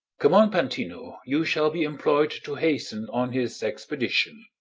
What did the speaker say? come on, panthino you shall be employ'd to hasten on his expedition.